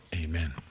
Amen